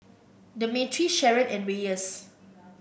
Demetri Sharon and Reyes